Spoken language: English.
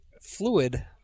fluid